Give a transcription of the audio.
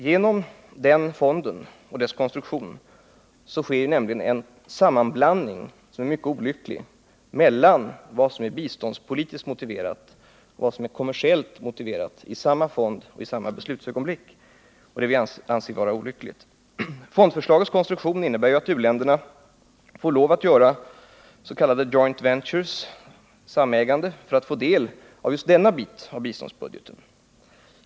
Genom den fonden och dess konstruktion sker nämligen en mycket olycklig sammanblandning, i samma fond och i samma beslutsögonblick, mellan vad som är biståndspolitiskt motiverat och vad som är kommersiellt motiverat. Fondförslagets konstruktion innebär att u-länderna får lov att göra s.k. joint ventures, skapa samägande, för att få del av just denna bit av biståndsbudgeten.